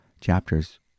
chapters